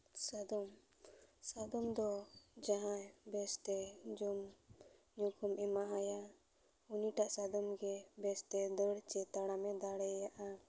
ᱥᱟᱫᱚᱢ ᱥᱟᱫᱚᱢ ᱫᱚ ᱡᱟᱦᱟᱸᱭ ᱵᱮᱥ ᱛᱮ ᱡᱚᱢᱼᱧᱩ ᱠᱚᱢ ᱮᱢᱟ ᱟᱭᱟ ᱩᱱᱤᱴᱟᱜ ᱥᱟᱫᱚᱢ ᱜᱮ ᱵᱮᱥᱛᱮ ᱫᱟᱹᱲ ᱪᱮ ᱛᱟᱲᱟᱢᱮ ᱫᱟᱲᱮᱭᱟᱜᱼᱟ